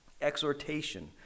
exhortation